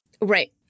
Right